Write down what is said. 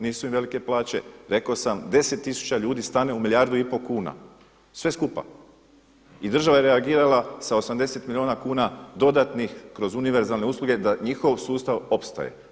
Nisu im velike plaće, rekao sam 10 tisuća ljudi stane u milijardu i pol kuna, sve skupa i država je reagirala sa 80 milijuna kuna dodatnih kroz univerzalne usluge da njihov sustav opstaje.